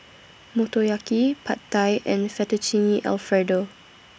Motoyaki Pad Thai and Fettuccine Alfredo